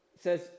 says